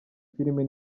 filime